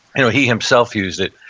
and he himself used it,